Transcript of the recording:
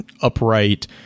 upright